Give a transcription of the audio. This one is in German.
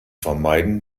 vermeiden